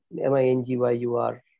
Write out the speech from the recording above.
M-I-N-G-Y-U-R